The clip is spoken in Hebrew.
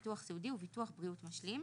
ביטוח סיעודי וביטוח בריאות משלים.